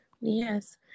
Yes